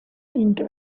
into